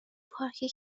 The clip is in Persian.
پارکی